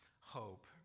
hope